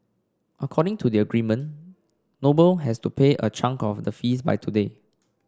according to the agreement Noble has to pay a chunk of the fees by today